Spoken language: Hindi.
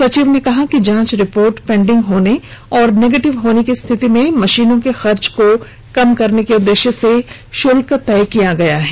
सचिव ने कहा है कि जांच रिपोर्ट पेंडिंग होने और निगेटिव होने की स्थिति में मरीजों के खर्च को कम करने के उद्देश्य से शुल्क तय किया गया है